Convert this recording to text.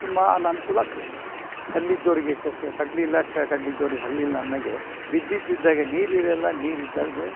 ಸುಮಾ ಅನಾನುಕೂಲ ಆಗ್ತೈತೆ ಹಲ್ಲಿದ್ದೋರರಿಗೆ ಕಡ್ಲಿಲ್ಲ ಕಡ್ಲಿದ್ದೋರಿಗೆ ಹಲ್ಲಿಲ್ಲ ಅನ್ನಗೆ ವಿದ್ಯುತ್ ಇದ್ದಾಗ ನೀರು ಇರಲ್ಲ ನೀರು ಇದ್ದಾಗ ಬೇ